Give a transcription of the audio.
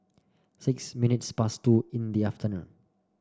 six minutes past two in the afternoon